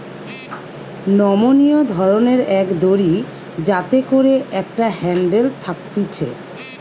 নমনীয় ধরণের এক দড়ি যাতে করে একটা হ্যান্ডেল থাকতিছে